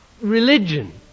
religion